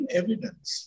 evidence